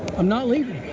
i'm not leaving.